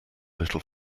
little